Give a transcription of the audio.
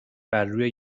برروی